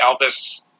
Elvis